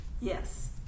Yes